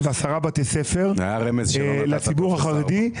ו-10 בתי ספר לציבור החרדי.